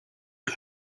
que